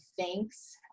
thanks